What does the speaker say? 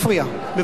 ברכות.